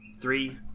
Three